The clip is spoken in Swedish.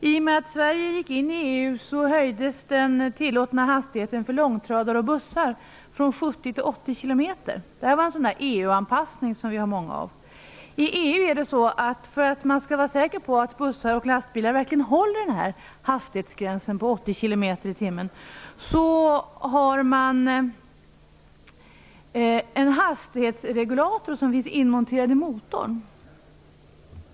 I och med att Sverige gick in i EU höjdes den tillåtna hastigheten för långtradare och bussar från 70 till 80 km tim, att det finns en hastighetsregulator, eller fartbegränsare, inmonterad i motorn.